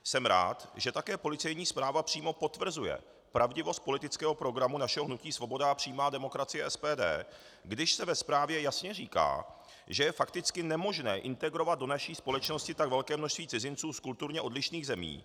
Jsem rád, že také policejní zpráva přímo potvrzuje pravdivost politického programu našeho hnutí Svoboda a přímá demokracie, SPD, když se ve zprávě jasně říká, že je fakticky nemožné integrovat do naší společnosti tak velké množství cizinců z kulturně odlišných zemí.